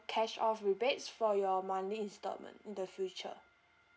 cash off rebates for your monthly instalment in the future